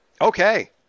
Okay